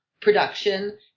production